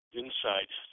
inside